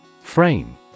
Frame